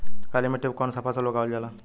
काली मिट्टी पर कौन सा फ़सल उगावल जाला?